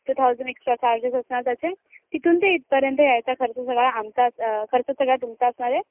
to thousand extra charges असणार त्याचे तिथून ते इथपर्यंत यायचा खर्च सगळा आमचा खर्च सगळा तुमचा असणार आहे